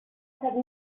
have